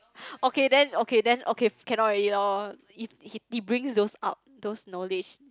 okay then okay then okay cannot already loh if he brings those up those knowledge